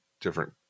different